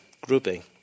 grouping